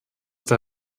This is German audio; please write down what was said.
der